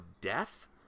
death